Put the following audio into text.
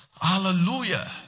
Hallelujah